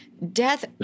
Death